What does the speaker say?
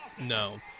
No